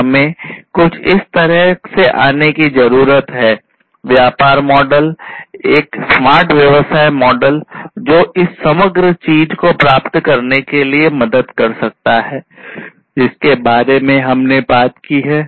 तो हमें कुछ इस तरह से आने की जरूरत है व्यापार मॉडल एक स्मार्ट व्यवसाय मॉडल जो इस समग्र चीज़ को प्राप्त करने में मदद कर सकता है जिसके बारे में हमने बात की है